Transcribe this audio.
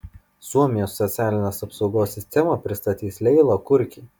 suomijos socialinės apsaugos sistemą pristatys leila kurki